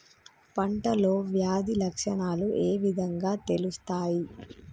పంటలో వ్యాధి లక్షణాలు ఏ విధంగా తెలుస్తయి?